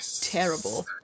Terrible